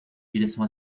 direção